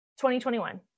2021